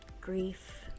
grief